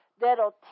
that'll